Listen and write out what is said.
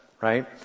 right